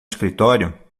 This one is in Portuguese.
escritório